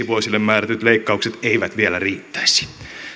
vuosille määrätyt leikkaukset eivät vielä riittäisi